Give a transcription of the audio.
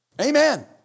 Amen